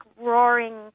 roaring